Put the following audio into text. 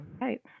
right